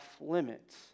limits